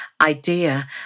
idea